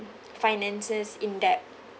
finances in depth